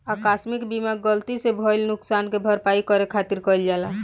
आकस्मिक बीमा गलती से भईल नुकशान के भरपाई करे खातिर कईल जाला